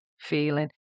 feeling